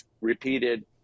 repeated